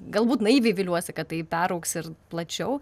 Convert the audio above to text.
galbūt naiviai viliuosi kad tai peraugs ir plačiau